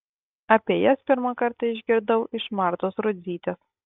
apie jas pirmą kartą išgirdau iš martos rudzytės